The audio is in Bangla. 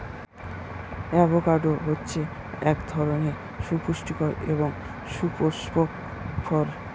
অ্যাভোকাডো হচ্ছে এক ধরনের সুপুস্টিকর এবং সুপুস্পক ফল